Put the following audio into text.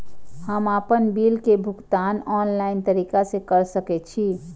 हम आपन बिल के भुगतान ऑनलाइन तरीका से कर सके छी?